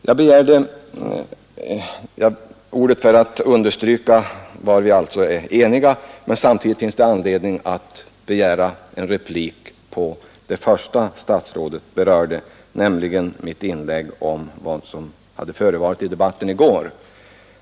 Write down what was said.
Jag begärde ordet för att understryka vad vi är eniga om men också för att komma med en replik till vad statsrådet sade angående mitt inlägg om vad som förevarit i debatten i går.